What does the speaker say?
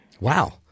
Wow